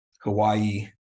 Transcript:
Hawaii